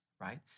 Right